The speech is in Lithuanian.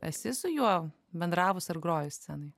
esi su juo bendravus ar grojus scenoj